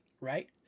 right